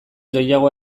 gehiago